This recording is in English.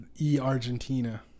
e-Argentina